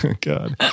God